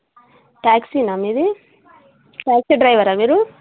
టాక్సీనా మీద టాక్సీ డ్రైవరా మీరు